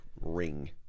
ring